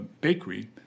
bakery